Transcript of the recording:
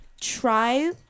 try